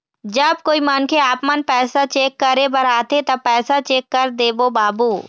जब कोई मनखे आपमन पैसा चेक करे बर आथे ता पैसा चेक कर देबो बाबू?